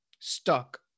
stuck